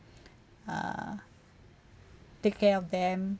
uh take care of them